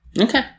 Okay